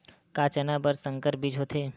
का चना बर संकर बीज होथे?